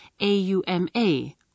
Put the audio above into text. AUMA